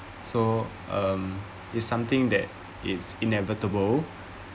so um it's something that is inevitable